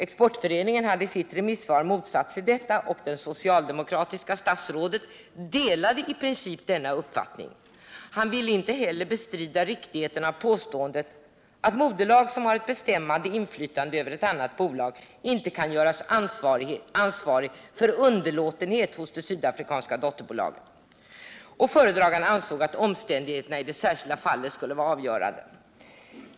Exportföreningen hade i sitt remissvar motsatt sig detta, och det socialdemokratiska statsrådet delade i princip denna uppfattning. Han ville inte heller bestrida riktigheten av påståendet att moderbolag som har ett bestämmande inflytande över ett annat bolag inte kan göras ansvarigt för underlåtenhet hos det sydafrikanska dotterbolaget. Föredraganden ansåg att omständigheterna i det särskilda fallet skulle vara avgörande.